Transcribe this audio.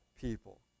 people